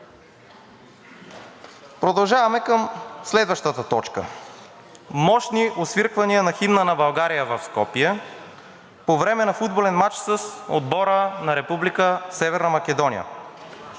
Продължаваме към следващата точка. Мощни освирквания на химна на България в Скопие по време на футболен мач с отбора на Република